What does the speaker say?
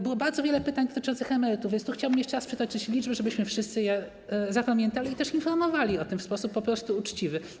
Było bardzo wiele pytań dotyczących emerytów, więc chciałbym jeszcze raz przytoczyć liczby, żebyśmy wszyscy je zapamiętali i też informowali o tym w sposób po prostu uczciwy.